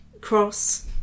Cross